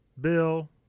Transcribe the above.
Bill